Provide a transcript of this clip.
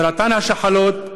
סרטן השחלות,